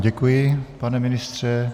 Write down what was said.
Děkuji vám, pane ministře.